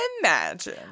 imagine